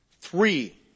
Three